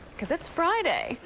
because it's friday.